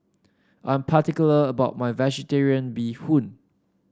I'm particular about my vegetarian Bee Hoon